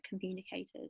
communicators